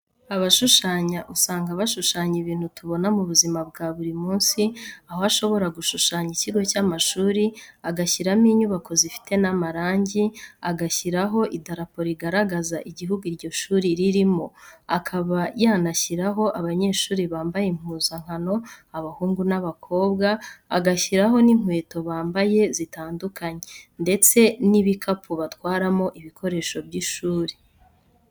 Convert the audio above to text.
Abashushanya usanga bashushanya ibintu tubona mu buzima bwa buri munsi, aho ashobora gushushanya ikigo cy'amashuri agashyiramo inyubako zifite n'amarangi, agashyiraho idarapo rigaragaza igihugu iryo shuri ririmo, akaba yanashyiraho abanyeshuri bambaye impuzankano, abahungu n'abakobwa, agashyiraho n'inkweto bambaye zitandukanye, ndetse n'ibikapu batwaramo ibikoresho by'ishuri.